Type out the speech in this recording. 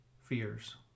fears